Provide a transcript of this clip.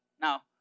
Now